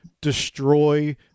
destroy